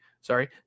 sorry